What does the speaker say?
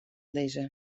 lizze